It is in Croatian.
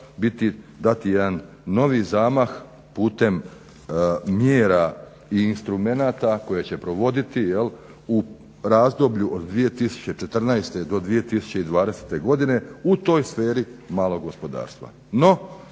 dati jedan novi zamah putem mjera i instrumenata koje će provoditi u razdoblju od 2014. do 2020. godine u toj sferi malog gospodarstva.